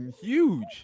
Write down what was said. huge